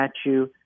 statue